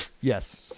Yes